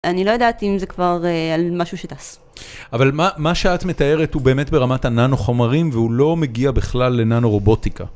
אני לא יודעת אם זה כבר על משהו שטס. אבל מה שאת מתארת הוא באמת ברמת הנאנו חומרים והוא לא מגיע בכלל לנאנו רובוטיקה.